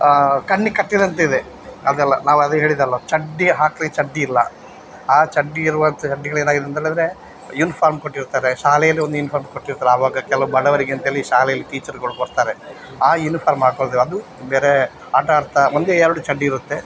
ಕಣ್ಣಿಗೆ ಕಟ್ಟಿದಂತಿದೆ ಅದೆಲ್ಲ ನಾವು ಅದೇ ಹೇಳಿದ್ದಲ್ಲ ಚಡ್ಡಿ ಹಾಕ್ಲಿಕ್ಕೆ ಚಡ್ಡಿಯಿಲ್ಲ ಆ ಚಡ್ಡಿ ಇರುವಂಥ ಚಡ್ಡಿಗಳು ಏನಾಗಿದೆ ಅಂತ ಹೇಳಿದ್ರೆ ಯೂನಿಫಾರ್ಮ್ ಕೊಟ್ಟಿರ್ತಾರೆ ಶಾಲೆಯಲ್ಲಿ ಒಂದು ಯೂನಿಫಾರ್ಮ್ ಕೊಟ್ಟಿರ್ತಾರೆ ಆವಾಗ ಕೆಲವು ಬಡವರಿಗೆ ಅಂತ್ಹೇಳಿ ಶಾಲೆಯಲ್ಲಿ ಟೀಚರ್ಗಳು ಕೊಡ್ತಾರೆ ಆ ಯೂನಿಫಾರ್ಮ್ ಹಾಕ್ಕೊಳ್ತೆವೆ ಅದು ಬೇರೆ ಆಟ ಆಡ್ತಾ ಒಂದೇ ಎರಡು ಚಡ್ಡಿ ಇರುತ್ತೆ